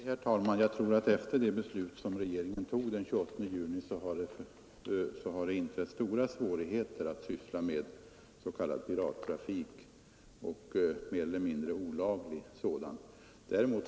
Herr talman! Jag tror att det efter det beslut som regeringen fattade den 28 juni har blivit mycket svårt att syssla med en mer eller mindre olaglig pirattrafik.